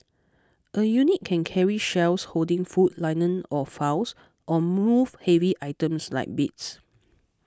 a unit can carry shelves holding food linen or files or move heavy items like beats